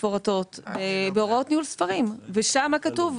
מפורטות בהוראות ניהול ספרים ושם כתוב,